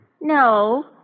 no